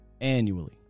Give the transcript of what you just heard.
annually